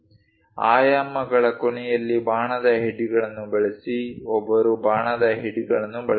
ಆಯಾಮಗಳ ಕೊನೆಯಲ್ಲಿ ಬಾಣದ ಹೆಡ್ಗಳನ್ನು ಬಳಸಿ ಒಬ್ಬರು ಬಾಣದ ಹೆಡ್ಗಳನ್ನು ಬಳಸಬೇಕು